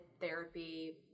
therapy